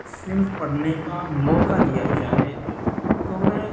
صنف پڑھنے کا موقع دیا جائے تو میں